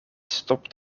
stopt